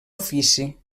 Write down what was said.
ofici